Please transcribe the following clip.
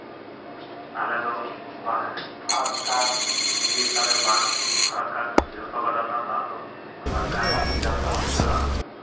ᱟᱞᱮ ᱫᱚ ᱯᱷᱟᱨᱟᱠᱠᱟ ᱱᱤᱭᱟ ᱜᱮᱛᱟᱞᱮ ᱵᱟᱸᱫᱷ ᱯᱷᱟᱨᱟᱠᱠᱟ ᱡᱚᱛᱚ ᱜᱟᱰᱟ ᱨᱮᱱᱟᱜ ᱫᱟᱜ ᱫᱚ ᱯᱷᱟᱨᱟᱠᱠᱟ ᱨᱮᱜᱮ ᱵᱷᱮᱜᱟᱨ ᱠᱟᱛᱮᱫ ᱪᱟᱞᱟᱜᱼᱟ